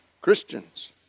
Christians